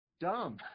Dumb